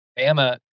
Bama